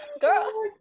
girl